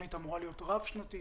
התוכנית אמורה להיות רב-שנתית,